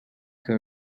que